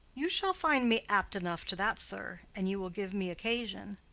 you shall find me apt enough to that, sir, an you will give me occasion.